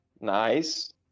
Nice